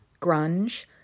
Grunge